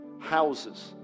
Houses